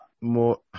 more